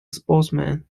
sportsman